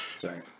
Sorry